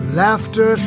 laughter